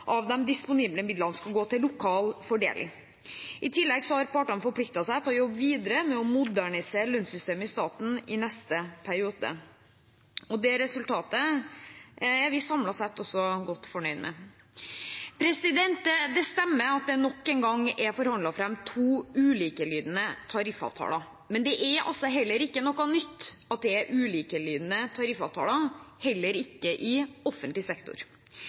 av de disponible midlene skal gå til lokal fordeling. I tillegg har partene forpliktet seg til å jobbe videre med å modernisere lønnssystemet i staten i neste periode. Det resultatet er vi samlet sett godt fornøyd med. Det stemmer at det nok en gang er forhandlet fram to ulikelydende tariffavtaler, men det er ikke noe nytt at det er ulikelydende tariffavtaler, heller ikke i offentlig sektor.